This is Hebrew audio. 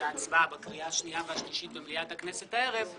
והצבעה בקריאה השניה והשלישית במליאת הכנסת הערב,